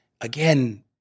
again